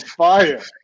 fire